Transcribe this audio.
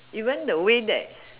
even the way that